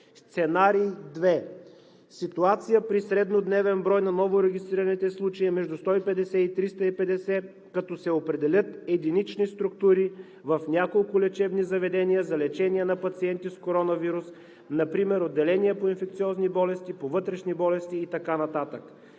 Сценарий 2: Ситуация при среднодневен брой на новорегистрираните случаи между 150 и 350, като се определят единични структури в няколко лечебни заведения за лечение на пациенти с коронавирус, например отделения по инфекциозни болести, по вътрешни болести и така